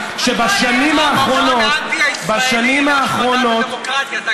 שבשנים האחרונות, האנטי-ישראלי, לדמוקרטיה.